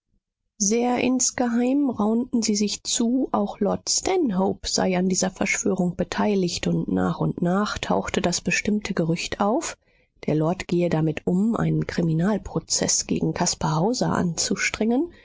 sehr insgeheim raunten sie sich zu auch lord stanhope sei an dieser verschwörung beteiligt und nach und nach tauchte das bestimmte gerücht auf der lord gehe damit um einen kriminalprozeß gegen caspar hauser anzustrengen